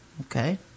Okay